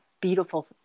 beautiful